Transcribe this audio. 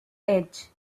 edge